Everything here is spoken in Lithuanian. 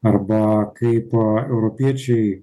arba kaip europiečiai